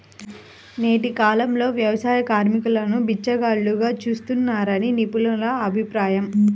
నేటి కాలంలో వ్యవసాయ కార్మికులను బిచ్చగాళ్లుగా చూస్తున్నారని నిపుణుల అభిప్రాయం